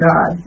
God